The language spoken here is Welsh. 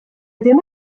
ddim